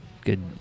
good